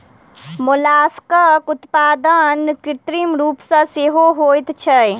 मोलास्कक उत्पादन कृत्रिम रूप सॅ सेहो होइत छै